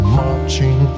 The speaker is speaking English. marching